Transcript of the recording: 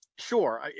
Sure